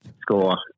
score